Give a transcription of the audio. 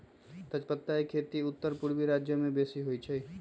तजपत्ता के खेती उत्तरपूर्व राज्यमें बेशी होइ छइ